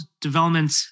development